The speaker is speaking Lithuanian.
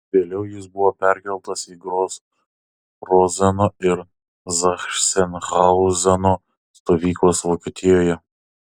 vėliau jis buvo perkeltas į gros rozeno ir zachsenhauzeno stovyklas vokietijoje